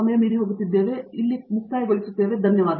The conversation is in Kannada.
ಸತ್ಯನಾರಾಯಣ ಎನ್ ಗುಮ್ಮದಿ ಅದಕ್ಕಾಗಿ ಧನ್ಯವಾದಗಳು